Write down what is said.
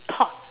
talk